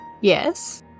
yes